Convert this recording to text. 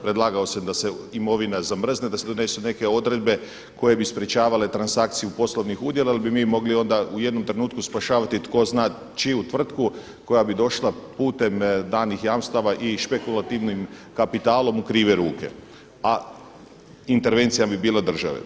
Predlagao sam da se imovina zamrzne, da se donesu neke odredbe koje bi sprječavale transakciju poslovnih udjela, jer bi mi mogli onda u jednom trenutku spašavati tko zna čiju tvrtku koja bi došla putem danih jamstava i špekulativnim kapitalom u krive ruke, a intervencija bi bila države.